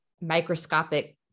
microscopic